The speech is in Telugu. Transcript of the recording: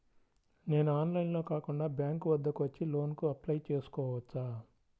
నేను ఆన్లైన్లో కాకుండా బ్యాంక్ వద్దకు వచ్చి లోన్ కు అప్లై చేసుకోవచ్చా?